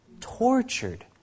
Tortured